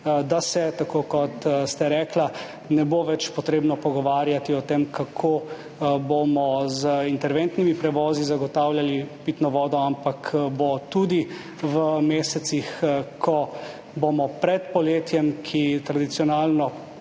treba, tako kot ste rekli, pogovarjati o tem, kako bomo z interventnimi prevozi zagotavljali pitno vodo, ampak bo tudi v mesecih, ko bomo pred poletjem, ki tradicionalno